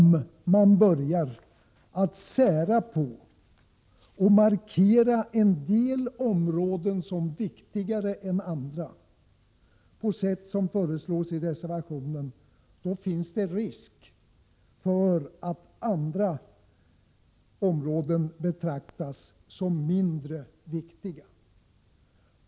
Börjar man markera att vissa områden är viktigare än andra, på det sätt som föreslås i reservationen, finns det risk för att andra områden betraktas som mindre viktiga.